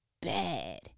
bad